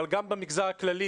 אבל גם במגזר הכללי,